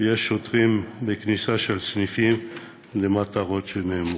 יש שוטרים בכניסה של סניפים למטרות שנאמרו.